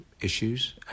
issues